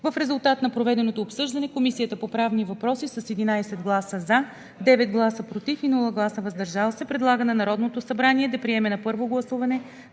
В резултат на проведеното обсъждане Комисията по правни въпроси: - с 11 гласа „за“, 9 гласа „против“ и без „въздържал се“ предлага на Народното събрание да приеме на първо гласуване